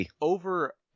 over